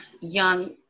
young